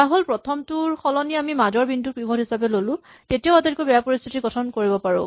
ধৰাহ'ল প্ৰথমটোৰ সলনি আমি মাজৰ বিন্দুটো পিভট হিচাপে ল'লো তেতিয়াও আটাইতকৈ বেয়া পৰিস্হিতি গঠন কৰিব পাৰো